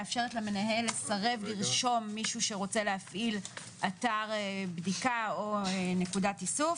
מאפשרת למנהל לסרב לרשום מישהו שרוצה להפעיל אתר בדיקה או נקודת איסוף,